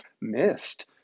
missed